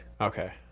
Okay